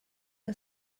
que